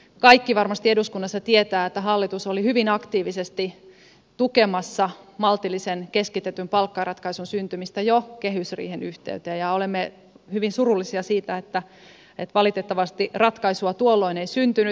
kaikki varmasti eduskunnassa tietävät että hallitus oli hyvin aktiivisesti tukemassa maltillisen keskitetyn palkkaratkaisun syntymistä jo kehysriihen yhteyteen ja olemme hyvin surullisia siitä että valitettavasti ratkaisua tuolloin ei syntynyt